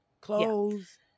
clothes